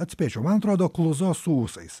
atspėčiau man atrodo kluzo su ūsais